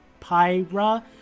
Pyra